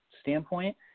standpoint